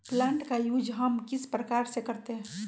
Plant का use हम किस प्रकार से करते हैं?